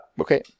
Okay